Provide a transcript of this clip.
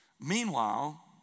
Meanwhile